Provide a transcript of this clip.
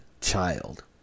child